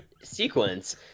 sequence